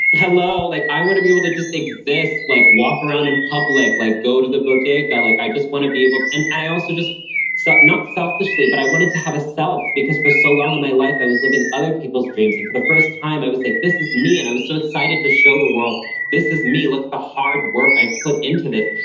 hello. like, i want to be able to just exist, like walk around in public, like go to the bodega, like i just want to be able to, and i also just se, so not selfishly, but i wanted to have a self. because for so long of my life, i was living other people's dreams. and for the first time i was like, this is me. and i was so excited to show the world this is me. look at the hard work i've put into this.